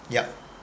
yup